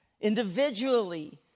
Individually